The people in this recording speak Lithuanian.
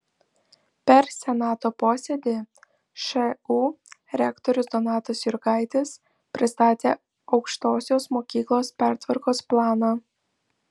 per senato posėdį šu rektorius donatas jurgaitis pristatė aukštosios mokyklos pertvarkos planą